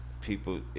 People